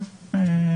או קבינט.